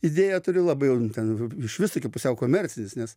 idėją turiu labai jau ten išvis tokį pusiau komercinis nes